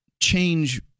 change